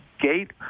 gate